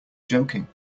joking